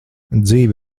dzīve